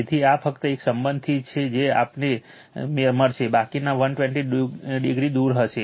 તેથી આ ફક્ત એક સંબંધથી છે જે આપણને મળશે બાકીના 120o દૂર હશે